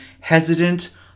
hesitant